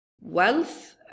wealth